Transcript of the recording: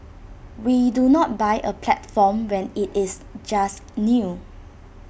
we do not buy A platform when IT is just new